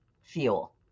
fuel